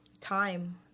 time